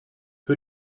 who